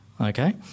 Okay